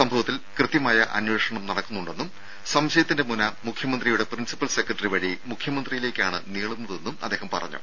സംഭവത്തിൽ കൃത്യമായ അന്വേഷണം നടക്കുന്നുണ്ടെന്നും സംശയത്തിന്റെ മുന മുഖ്യമന്ത്രിയുടെ പ്രിൻസിപ്പൽ സെക്രട്ടറി വഴി മുഖ്യമന്ത്രിയിലേക്കാണ് നീളുന്നതെന്നും അദ്ദേഹം പറഞ്ഞു